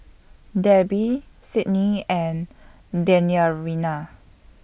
Debbi Sydnee and